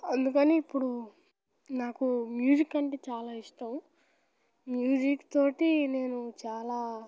అందుకని ఇప్పుడు నాకు మ్యూజిక్ అంటే చాలా ఇష్టం మ్యూజిక్ తో నేను చాలా